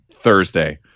Thursday